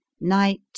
night